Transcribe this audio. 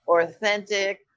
authentic